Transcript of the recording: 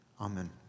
Amen